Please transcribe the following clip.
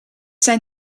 zijn